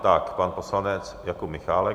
Tak pan poslanec Jakub Michálek.